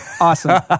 Awesome